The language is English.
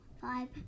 five